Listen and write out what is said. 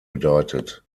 bedeutet